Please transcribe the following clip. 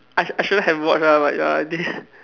I I shouldn't have watched ah but ya I did